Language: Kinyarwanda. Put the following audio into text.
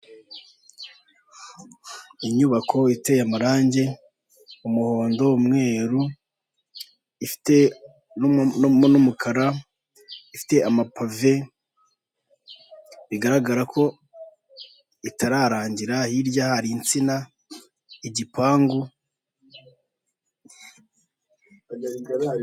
Inyubako iteye amarangi umuhondo, umweru ifite n'umukara ifite amapave bigaragara ko bitararangira hirya hari insina igipangu.